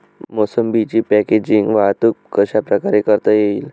मोसंबीची पॅकेजिंग वाहतूक कशाप्रकारे करता येईल?